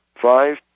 five